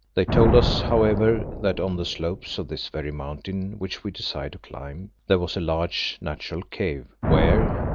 they told us, however, that on the slopes of this very mountain which we desired to climb, there was a large natural cave where,